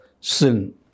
sin